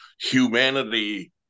humanity